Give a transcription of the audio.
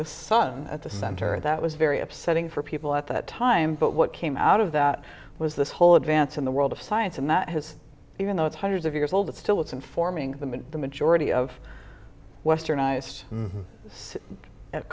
the sun at the center that was very upsetting for people at that time but what came out of that was this whole advance in the world of science and that has even though it's hundreds of years old it still is informing them and the majority of westernized